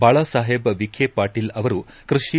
ಬಾಳಸಾಹೇಬ್ ವಿಖಿ ಪಾಟೀಲ್ ಅವರು ಕೃಷಿ